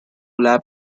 lab